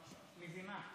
מזימה.